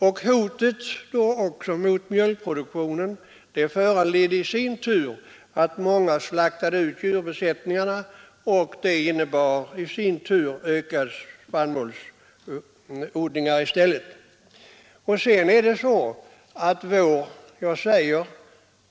Därtill kom också hotet mot mjölkproduktionen: arealminskningen föranledde att många slaktade ut sina djurbesättningar, vilket i sin tur ledde till att de utökade sina spannmålsodlingar i stället.